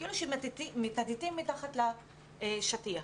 כאילו שמטאטים מתחת לשטיח.